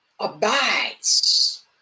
abides